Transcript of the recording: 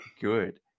good